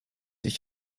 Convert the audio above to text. ich